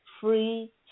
free